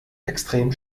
extrem